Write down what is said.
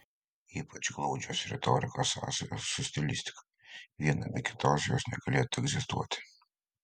ypač glaudžios retorikos sąsajos su stilistika viena be kitos jos negalėtų egzistuoti